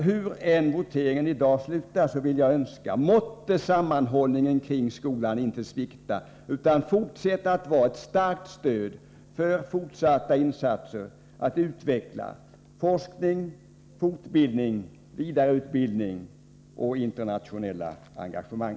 Hur voteringen i dag än slutar vill jag önska: Måtte sammanhållningen kring skolan inte svikta, utan fortsätta att vara ett starkt stöd för framtida insatser för att utveckla forskning, fortbildning och internationella engagemang!